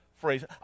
phrase